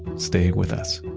stay with us